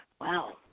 Wow